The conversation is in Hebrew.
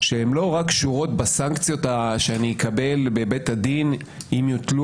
שלא רק קשורות בסנקציות שאני אקבל בבית הדין אם יוטלו